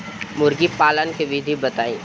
मुर्गीपालन के विधी बताई?